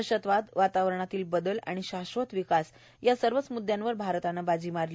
दहशतवादर वातावरणातील बदल आणि शाश्वत विकास या सर्वच मुदयांवर भारतानं बाजी मारली